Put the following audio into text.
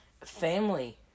Family